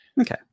Okay